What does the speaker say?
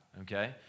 okay